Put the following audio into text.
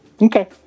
Okay